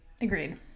Agreed